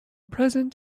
present